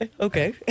Okay